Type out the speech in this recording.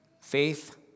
faith